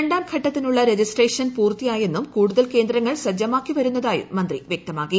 രണ്ടാംഘട്ടത്തിനുള്ള registration പൂർത്തിയായെന്നും കൂടുതൽ കേന്ദ്രങ്ങൾ സജ്ജമാക്കി വരുന്നതായും മന്ത്രി വൃക്തമാക്കി